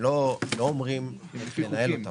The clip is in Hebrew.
לא אומרים איך לנהל אותן,